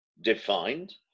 defined